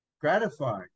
gratifying